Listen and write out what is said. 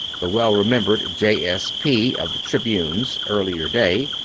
the well-remembered j. s. p. of the tribune's earlier day,